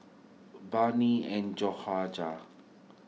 Barney and Jahorja